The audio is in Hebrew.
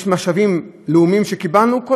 יש משאבים לאומיים שקיבלנו,